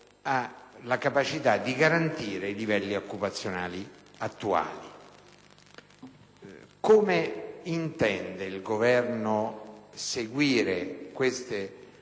Come intende il Governo seguire queste procedure